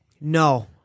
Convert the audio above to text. No